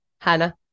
Hannah